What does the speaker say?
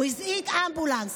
הוא הזעיק אמבולנס.